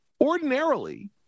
Ordinarily